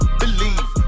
believe